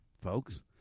folks